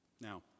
Now